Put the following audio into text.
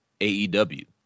AEW